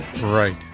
Right